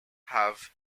have